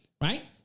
right